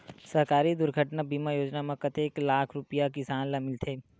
सहकारी दुर्घटना बीमा योजना म कतेक लाख रुपिया किसान ल मिलथे?